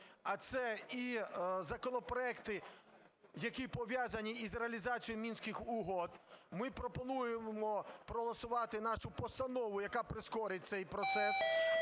А це і законопроекти, які пов'язані із реалізацією Мінських угод. Ми пропонуємо проголосувати нашу постанову, яка прискорить цей процес,